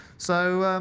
so